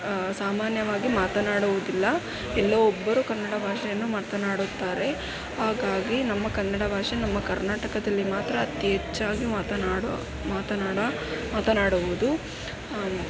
ಸಾಮಾನ್ಯವಾಗಿ ಮಾತನಾಡುವುದಿಲ್ಲ ಎಲ್ಲೋ ಒಬ್ಬರು ಕನ್ನಡ ಭಾಷೆಯನ್ನು ಮಾತನಾಡುತ್ತಾರೆ ಹಾಗಾಗಿ ನಮ್ಮ ಕನ್ನಡ ಭಾಷೆ ನಮ್ಮ ಕರ್ನಾಟಕದಲ್ಲಿ ಮಾತ್ರ ಅತಿ ಹೆಚ್ಚಾಗಿ ಮಾತನಾಡೋ ಮಾತನಾಡೋ ಮಾತನಾಡುವುದು